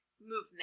movement